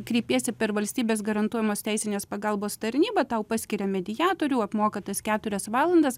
kreipiesi per valstybės garantuojamos teisinės pagalbos tarnybą tau paskiria mediatorių apmoka tas keturias valandas